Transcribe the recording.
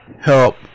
help